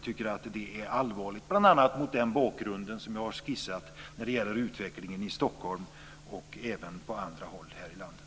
Det är allvarligt, bl.a. mot bakgrunden av utvecklingen i Stockholm och även på andra håll i landet.